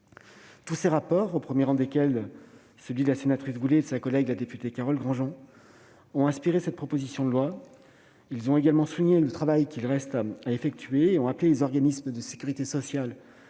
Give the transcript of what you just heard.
Tous ces rapports, au premier rang desquels celui de la sénatrice Nathalie Goulet et de sa collègue, la députée Carole Grandjean, ont inspiré cette proposition de loi, ils ont également souligné le travail qui reste à effectuer et ont appelé les organismes de sécurité sociale